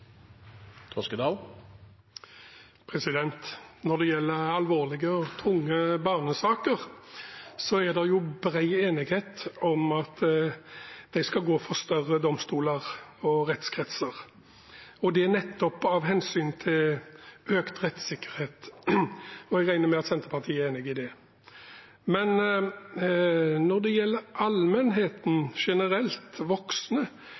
det bred enighet om at de skal gå for større domstoler og rettskretser, og det nettopp av hensyn til økt rettssikkerhet. Jeg regner med at Senterpartiet er enig i det. Når det gjelder allmennheten generelt, voksne